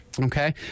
Okay